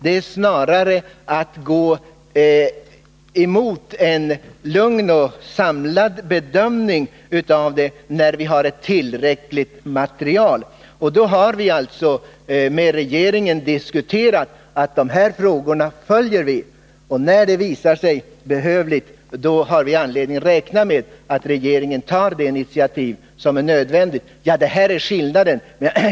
Det är snarare att gå emot en lugn och samlad bedömning av det när vi har ett tillräckligt material. Vi har diskuterat de här frågorna med regeringen, och vi har anledning räkna med att regeringen, när det visar sig behövligt, tar det initiativ som är nödvändigt. Detta är skillnaden.